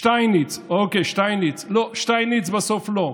שטייניץ, אוקיי, שטייניץ לא, שטייניץ בסוף לא,